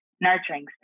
nurturing